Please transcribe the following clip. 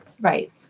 Right